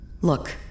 Look